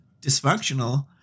dysfunctional